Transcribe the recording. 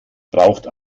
braucht